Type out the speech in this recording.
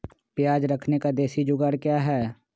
प्याज रखने का देसी जुगाड़ क्या है?